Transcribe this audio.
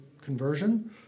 conversion